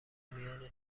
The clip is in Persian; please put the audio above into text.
میان